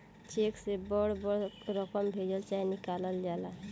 check से बड़ बड़ रकम भेजल चाहे निकालल जाला